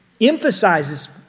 emphasizes